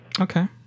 Okay